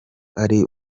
ari